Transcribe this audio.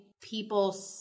people